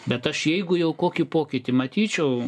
bet aš jeigu jau kokį pokytį matyčiau